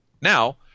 now